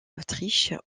autriche